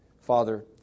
Father